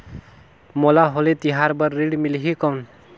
मोला होली तिहार बार ऋण मिलही कौन?